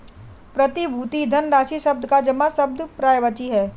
प्रतिभूति धनराशि शब्द जमा शब्द का पर्यायवाची है